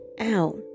out